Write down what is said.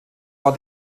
war